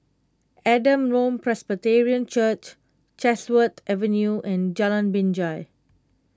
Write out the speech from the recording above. Adam Road Presbyterian Church Chatsworth Avenue and Jalan Binjai